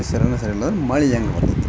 ಪರಿಸರ ಸರಿಯಿಲಂದು ಮಳೆ ಹೆಂಗೆ ಬರ್ತದೆ